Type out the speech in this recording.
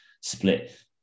split